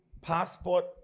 passport